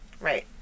right